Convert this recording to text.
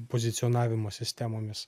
pozicionavimo sistemomis